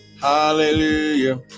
Hallelujah